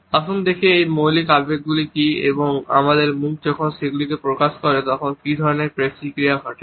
আসুন দেখি এই মৌলিক আবেগগুলি কী এবং আমাদের মুখ যখন সেগুলি প্রকাশ করে তখন কী ধরণের পেশী ক্রিয়া ঘটে